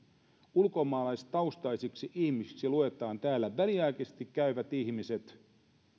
ulkomaalaistaustaisiksi ihmisiksi luetaan täällä väliaikaisesti käyvät ihmiset